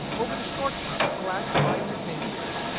over the short term, the last five to ten years,